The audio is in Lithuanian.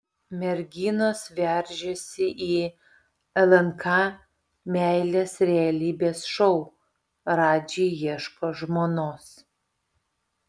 merginos veržiasi į lnk meilės realybės šou radži ieško žmonos